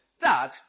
Dad